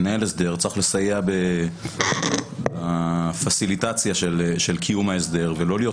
מנהל הסדר צריך לסייע בפסיליטציה של קיום ההסדר ולא להיות